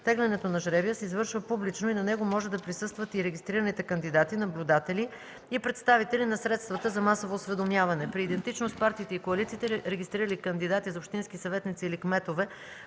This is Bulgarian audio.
Тегленето на жребия се извършва публично и на него може да присъстват и регистрираните кандидати, наблюдатели и представители на средствата за масово осведомяване. При идентичност партиите и коалициите, регистрирали кандидати за общински съветници или кметове